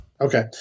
Okay